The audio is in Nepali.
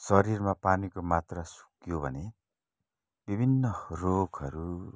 शरीरमा पानीको मात्रा सुक्यो भने विभिन्न रोगहरू